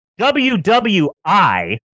WWI